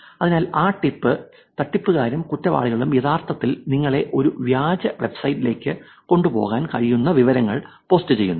അതിനാൽ ആ ടിപ്പ് ൽ തട്ടിപ്പുകാരും കുറ്റവാളികളും യഥാർത്ഥത്തിൽ നിങ്ങളെ ഒരു വ്യാജ വെബ്സൈറ്റിലേക്ക് കൊണ്ടുപോകാൻ കഴിയുന്ന വിവരങ്ങൾ പോസ്റ്റ് ചെയ്യുന്നു